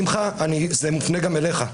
שמחה, זה מופנה גם אליך.